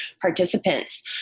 participants